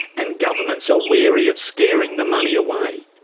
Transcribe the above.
and governments are wary of scaring the money away.